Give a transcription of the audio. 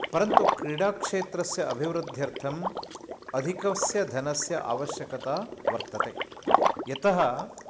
परन्तु क्रीडाक्षेत्रस्य अभिवृद्ध्यर्थम् अधिकस्य धनस्य आवश्यकता वर्तते यतः